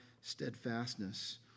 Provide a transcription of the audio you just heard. steadfastness